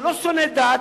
שלא שונאת דת,